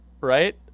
right